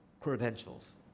credentials